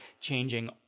changing